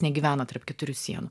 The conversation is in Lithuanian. negyvena tarp keturių sienų